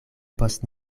post